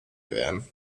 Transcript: werden